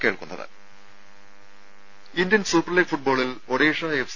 രുഭ Indian Super League ഫുട്ബോളിൽ Odisha F